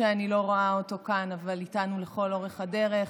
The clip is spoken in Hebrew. שאני לא ראה אותו כאן אבל הוא איתנו לכל אורך הדרך,